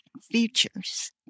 features